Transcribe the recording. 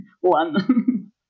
one